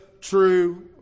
true